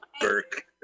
Burke